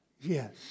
yes